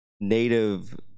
native